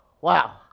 wow